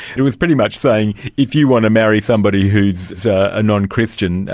it was pretty much saying if you want to marry somebody who is a non-christian,